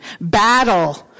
battle